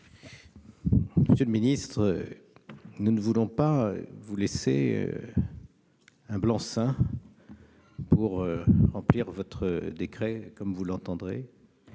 Monsieur le ministre, nous ne voulons pas vous donner un blanc-seing pour rédiger votre décret comme vous l'entendrez !